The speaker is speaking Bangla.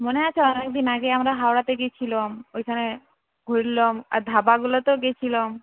মনে আছে অনেকদিন আগে আমরা হাওড়াতে গিয়েছিলাম ওখানে ঘুরলাম আর ধাবাগুলোতেও গেছিলাম